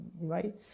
right